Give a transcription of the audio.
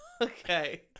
Okay